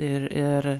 ir ir